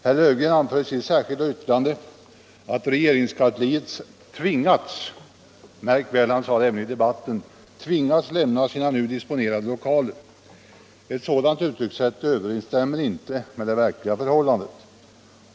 Herr Löfgren säger i sitt särskilda yttrande att regeringskansliet ”tvingas” — märk väl, han sade det även i sitt anförande: tvingas — lämna vissa nu disponerade lokaler. Ett sådant uttryckssätt överensstämmer inte med de verkliga förhållandena.